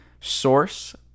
Source